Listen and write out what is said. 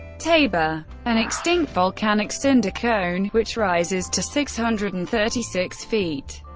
tabor, an extinct volcanic cinder cone, which rises to six hundred and thirty six feet.